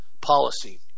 policy